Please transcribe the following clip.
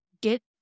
get